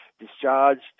Discharged